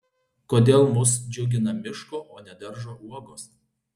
kodėl mus džiugina miško o ne daržo uogos